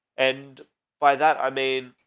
and by that i made,